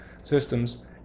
systems